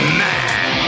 man